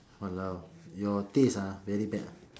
!walao! your taste ah very bad ah